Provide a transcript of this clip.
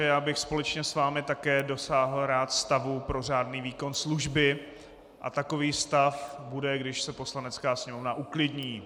Já bych společně s vámi také rád dosáhl stavu pro řádný výkon služby a takový stav bude, když se Poslanecká sněmovna uklidní.